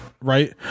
right